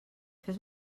fes